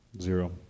Zero